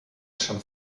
schon